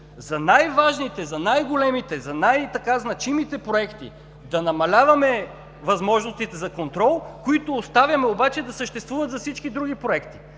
за най важните, за най-големите, за най-значимите проекти да намаляваме възможностите за контрол, които обаче оставяме да съществуват за всички други проекти?!